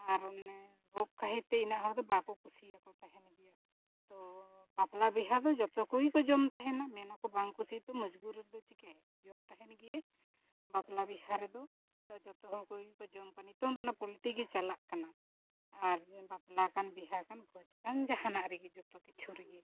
ᱟᱨ ᱚᱱᱮ ᱨᱳᱜᱽ ᱠᱷᱟᱹᱛᱤᱨ ᱛᱮ ᱤᱱᱟᱹ ᱦᱚᱲ ᱫᱚ ᱵᱟᱠᱚ ᱠᱩᱥᱤᱭᱟᱠᱚ ᱛᱟᱦᱮᱱ ᱜᱮᱭᱟ ᱛᱚ ᱵᱟᱯᱞᱟ ᱵᱤᱦᱟᱹ ᱫᱚ ᱡᱚᱛᱚ ᱠᱚᱜᱮ ᱠᱚ ᱡᱚᱢ ᱛᱟᱦᱮᱱᱟ ᱢᱮᱱᱟᱠᱚ ᱵᱟᱝ ᱠᱩᱥᱤᱭᱟᱛᱚ ᱢᱚᱡᱵᱩᱨ ᱨᱮᱫᱚᱢ ᱪᱤᱠᱟᱹᱭᱟ ᱡᱚᱢ ᱛᱟᱦᱮᱱ ᱜᱮᱭᱟ ᱵᱟᱯᱞᱟ ᱵᱤᱦᱟᱹ ᱨᱮᱫᱚ ᱛᱚ ᱡᱚᱛᱚ ᱦᱚᱲ ᱠᱚᱜᱮ ᱠᱚ ᱡᱚᱢ ᱠᱟᱱᱟ ᱱᱤᱛᱳᱝ ᱫᱚ ᱚᱱᱟ ᱯᱚᱞᱴᱤ ᱜᱮ ᱪᱟᱞᱟᱜ ᱠᱟᱱᱟ ᱟᱨ ᱵᱟᱯᱞᱟ ᱠᱟᱱ ᱵᱤᱦᱟᱹ ᱠᱟᱱ ᱵᱷᱳᱡ ᱠᱟᱱ ᱡᱟᱦᱟᱱᱟᱜ ᱨᱮᱜᱮ ᱡᱚᱛᱚ ᱠᱤᱪᱷᱩ ᱨᱮᱜᱮ